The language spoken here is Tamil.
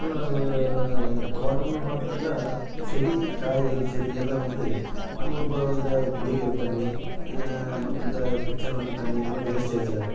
இப்போ தோட்டம்ன்னு பார்த்தாக்கா செடி காய்கறி செடியெல்லாம் வந்து நம்ம இப்போ இந்த குளிக்கிற தண்ணி மற்ற இந்த கிச்சனில் இருந்து தண்ணியெல்லாம் வேஸ்ட்டேஜ் ஆகும்